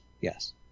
yes